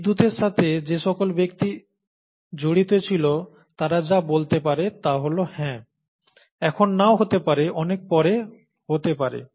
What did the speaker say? বিদ্যুতের সাথে যে সকল ব্যক্তি জড়িত ছিল তারা যা বলতে পারে তা হল হ্যাঁ এখন নাও হতে পারে অনেক পরে হতে পারে